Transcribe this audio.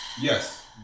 Yes